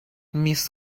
miss